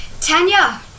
Tanya